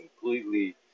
completely